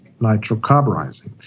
nitrocarburizing